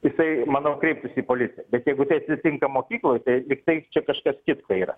jisai manau kreiptųsi į policiją bet jeigu tai atsitinka mokykloj tai lygtai čia kažkas kitka yra